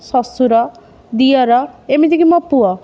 ଶଶୁର ଦିଅର ଏମିତି କି ମୋ ପୁଅ